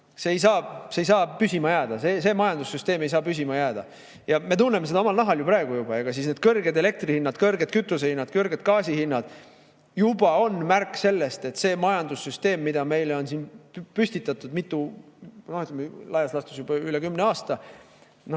see ei saa püsima jääda. See majandussüsteem ei saa püsima jääda. Me tunneme seda omal nahal ju praegu juba. Kõrged elektrihinnad, kõrged kütusehinnad, kõrged gaasihinnad juba on märk sellest, et see majandussüsteem, mida meile on püstitatud laias laastus juba üle kümne aasta,